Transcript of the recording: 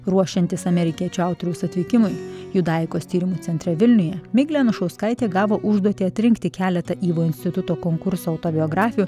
ruošiantis amerikiečių autoriaus atvykimui judaikos tyrimų centre vilniuje miglė anušauskaitė gavo užduotį atrinkti keletą ivo instituto konkurso autobiografijų